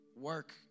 work